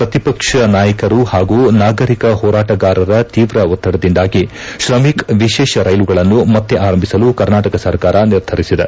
ಪ್ರಕಿಪಕ್ಷ ನಾಯಕರು ಪಾಗೂ ನಾಗರಿಕ ಹೋರಾಟಗಾರರ ತೀವ್ರ ಒತ್ತಡದಿಂದಾಗಿ ತ್ರಮಿಕ್ ವಿಶೇಷ ರೈಲುಗಳನ್ನು ಮತ್ತ ಆರಂಭಿಸಲು ಕರ್ನಾಟಕ ಸರಕಾರ ನಿರ್ಧರಿಸಿದೆ